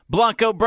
Blanco